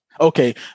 Okay